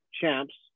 Champs